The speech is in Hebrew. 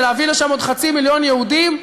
ולהביא לשם עוד חצי מיליון יהודים,